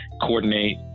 coordinate